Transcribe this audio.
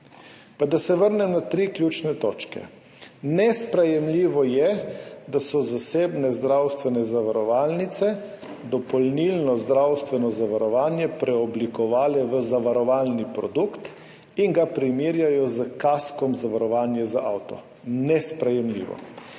Pa da se vrnem na tri ključne točke. Nesprejemljivo je, da so zasebne zdravstvene zavarovalnice dopolnilno zdravstveno zavarovanje preoblikovale v zavarovalni produkt in ga primerjajo s kasko zavarovanjem za avto. Nesprejemljivo.